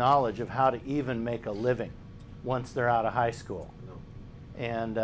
knowledge of how to even make a living once they're out of high school and